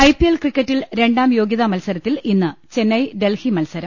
IPL ക്രിക്കറ്റിൽ രണ്ടാം യോഗ്യതാമത്സരത്തിൽ ഇന്ന് ചെന്നൈ ഡൽഹി മത്സരം